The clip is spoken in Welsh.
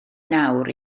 nawr